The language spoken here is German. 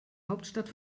hauptstadt